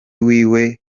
wiwe